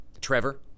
Trevor